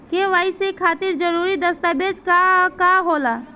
KYC खातिर जरूरी दस्तावेज का का होला?